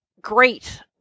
great